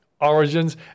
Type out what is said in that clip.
origins